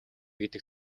гэдэг